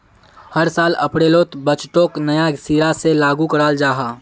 हर साल अप्रैलोत बजटोक नया सिरा से लागू कराल जहा